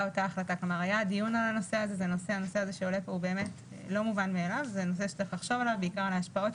באופן מוחלט למנהל על מנת שיוכל לנהל את האירוע בבית